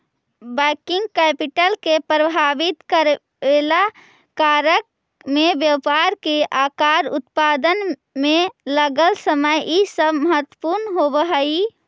working capital के प्रभावित करेवाला कारक में व्यापार के आकार, उत्पादन में लगल समय इ सब महत्वपूर्ण होव हई